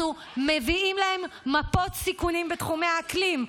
אנחנו מביאים להם מפות סיכונים בתחומי האקלים.